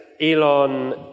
Elon